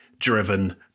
driven